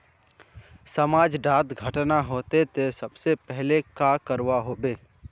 समाज डात घटना होते ते सबसे पहले का करवा होबे?